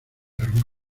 ruso